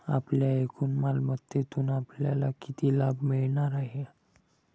आपल्या एकूण मालमत्तेतून आपल्याला किती लाभ मिळणार आहे?